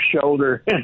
shoulder